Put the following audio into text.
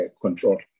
control